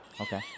Okay